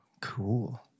cool